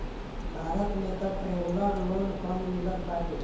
भारत में तअ traveller loan कम मिलत बाटे